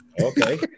Okay